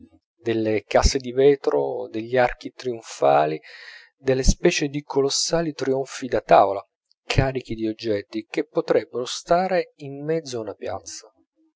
delle case di vetro degli archi trionfali delle specie di colossali trionfi da tavola carichi di oggetti che potrebbero stare in mezzo a una piazza